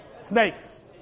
Snakes